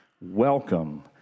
Welcome